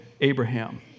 Abraham